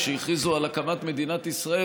כשהכריזו על הקמת מדינת ישראל.